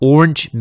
Orange